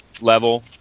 level